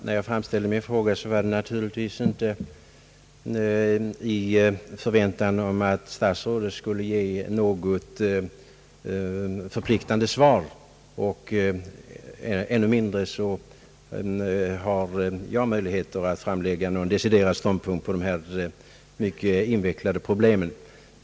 Herr talman! Jag framställde naturligtvis inte min fråga i förväntan om att statsrådet skulle ge något förplik tande svar. ännu mindre har jag möjligheter att framlägga någon deciderad ståndpunkt i dessa mycket invecklade problem.